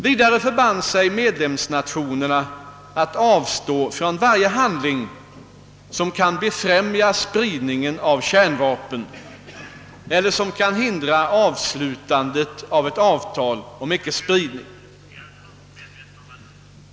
Vidare förband sig medlemsnationerna att avstå från varje handling som kunde befrämja spridningen av kärnvapen eller som kunde hindra slutandet av ett avtal om ickespridning.